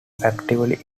actively